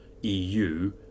EU